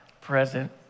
present